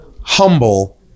humble